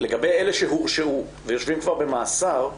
לגבי אלה שהורשעו ויושבים כבר במאסר,